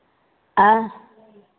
आँय